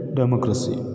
democracy